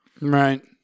Right